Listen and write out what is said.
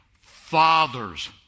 fathers